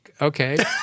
okay